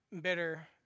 bitter